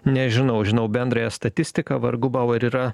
nežinau žinau bendrąją statistiką vargu bau ar yra